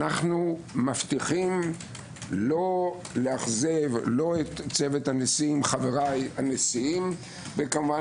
אנו מבטיחים לא לאכזב לא את צוות חבריי הנשיאים וכמובן